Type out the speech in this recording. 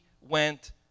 went